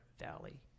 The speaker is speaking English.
Valley